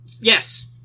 Yes